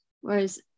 whereas